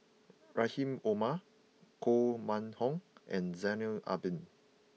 Rahim Omar Koh Mun Hong and Zainal Abidin